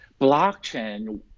Blockchain